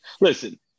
Listen